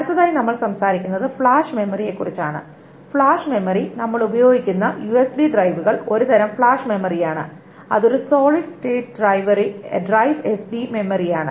അടുത്തതായി നമ്മൾ സംസാരിക്കുന്നത് ഫ്ലാഷ് മെമ്മറിയെക്കുറിച്ചാണ് ഫ്ലാഷ് മെമ്മറി നമ്മൾ ഉപയോഗിക്കുന്ന യുഎസ്ബി ഡ്രൈവുകൾ ഒരു തരം ഫ്ലാഷ് മെമ്മറിയാണ് അത് ഒരു സോളിഡ് സ്റ്റേറ്റ് ഡ്രൈവ് എസ്എസ്ഡി മെമ്മറിയാണ്